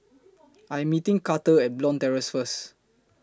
I Am meeting Karter At Bond Terrace First